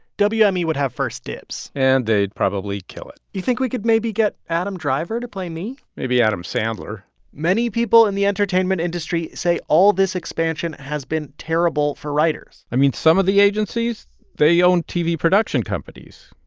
wme would have first dibs and they'd probably kill it you think we could maybe get adam driver to play me? maybe adam sandler many people in the entertainment industry say all this expansion has been terrible for writers i mean, some of the agencies they own tv production companies.